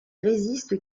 résiste